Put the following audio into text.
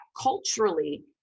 culturally